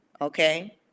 Okay